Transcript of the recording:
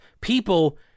people